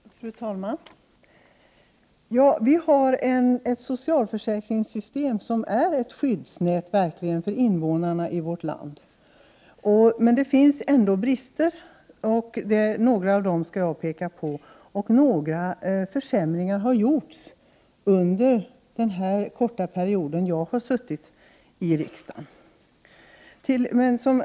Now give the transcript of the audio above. Fru talman! Vi har ett socialförsäkringssystem som verkligen utgör ett skyddsnät för invånarna i vårt land, men det finns ändå brister. Några av dem skall jag peka på, och några försämringar har skett under den korta period som jag har suttit i riksdagen.